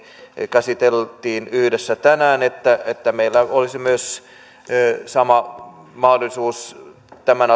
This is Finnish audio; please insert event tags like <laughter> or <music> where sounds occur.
käsiteltiin yhdessä tänään että että meillä olisi myös sama mahdollisuus tämän <unintelligible>